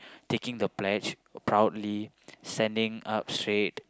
taking the pledge proudly standing up straight